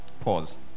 Pause